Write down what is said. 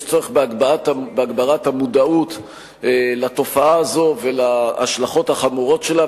יש צורך בהגברת המודעות לתופעה הזאת ולהשלכות החמורות שלה,